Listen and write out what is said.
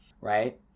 right